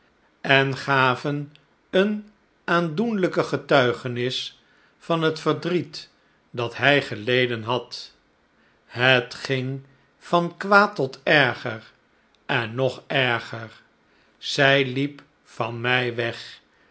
en gaven eene aandoenlijke getuigenis van het verdriet dat hij geleden had het ging van kwaad tot erger en nog erger zij liep van mij weg